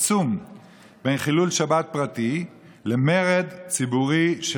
עצום בין חילול שבת פרטי למרד ציבורי של